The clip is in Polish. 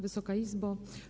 Wysoka Izbo!